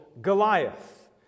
Goliath